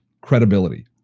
Credibility